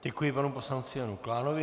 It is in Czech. Děkuji panu poslanci Janu Klánovi.